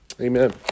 Amen